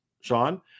Sean